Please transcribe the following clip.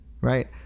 right